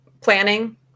planning